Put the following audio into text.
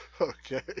Okay